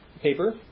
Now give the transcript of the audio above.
paper